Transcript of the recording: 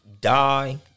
die